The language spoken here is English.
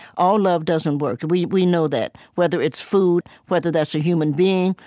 all love doesn't work, we we know that, whether it's food, whether that's a human being,